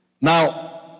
Now